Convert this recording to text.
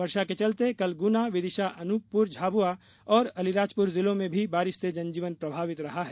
वर्षा के चलते कल गुना विदिशा अनूपपुर झाबुआ और अलीराजपुर जिलों में भी बारिश से जनजीवन प्रभावित रहा है